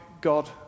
God